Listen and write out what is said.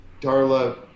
Darla